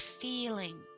feeling